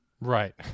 Right